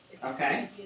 Okay